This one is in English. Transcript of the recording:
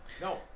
No